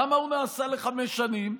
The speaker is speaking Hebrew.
למה הוא נעשה לחמש שנים?